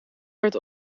werd